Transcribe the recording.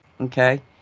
Okay